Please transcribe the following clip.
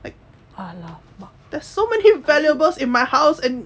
there's so many of valuables in my house and